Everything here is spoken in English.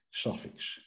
suffix